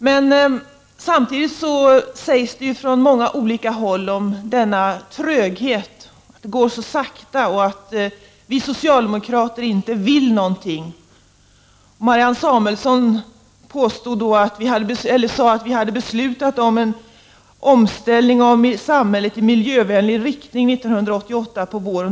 Men samtidigt talas det från många håll om en tröghet, att det går så sakta och att vi socialdemokrater inte vill någonting. Marianne Samuelsson sade att vi har beslutat om en omställning av samhället i miljövänlig riktning på våren 1988.